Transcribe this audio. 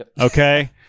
okay